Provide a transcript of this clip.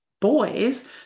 boys